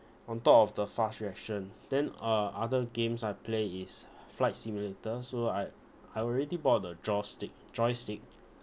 on top of the fast reaction then uh other games I play is flight simulator so I I already bought the jawstick joystick